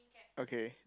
okay